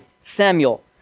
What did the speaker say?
Samuel